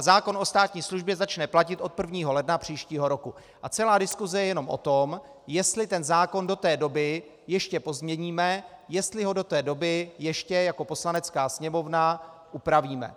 Zákon o státní službě začne platit od 1. ledna příštího roku a celá diskuse je jenom o tom, jestli zákon do té doby ještě pozměníme, jestli ho do té doby ještě jako Poslanecká sněmovna upravíme.